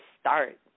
start